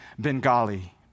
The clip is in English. Bengali